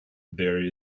there